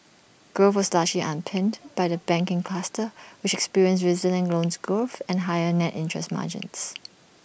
growth was largely underpinned by the banking cluster which experienced resilient loans growth and higher net interest margins